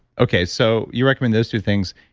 okay, so you recommend those two things.